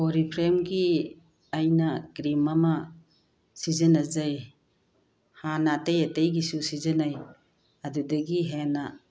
ꯑꯣꯔꯤꯐ꯭ꯂꯦꯝꯒꯤ ꯑꯩꯅ ꯀ꯭ꯔꯤꯝ ꯑꯃ ꯁꯤꯖꯤꯟꯅꯖꯩ ꯍꯥꯟꯅ ꯑꯇꯩ ꯑꯇꯩꯒꯤꯁꯨ ꯁꯤꯖꯤꯟꯅꯩ ꯑꯗꯨꯗꯒꯤ ꯍꯦꯟꯅ